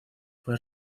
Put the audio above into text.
fue